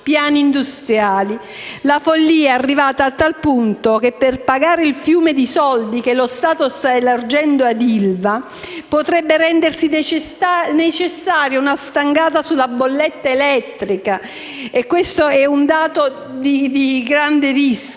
piani industriali. La follia è arrivata a tal punto che, per pagare il fiume di soldi che lo Stato sta elargendo all'ILVA, potrebbe rendersi necessaria una stangata sulla bolletta elettrica. Questo è un elemento di grande rischio.